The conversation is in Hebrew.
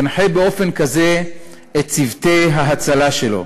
ינחה באופן כזה את צוותי ההצלה שלו.